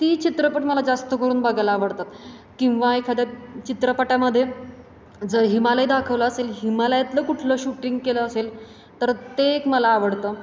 ती चित्रपट मला जास्त करून बघायला आवडतात किंवा एखाद्या चित्रपटामध्ये जर हिमालय दाखवलं असेल हिमालयातलं कुठलं शूटिंग केलं असेल तर ते एक मला आवडतं